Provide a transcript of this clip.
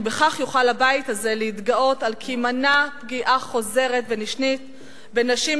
בכך יוכל הבית הזה להתגאות על כי מנע פגיעה חוזרת ונשנית בנשים,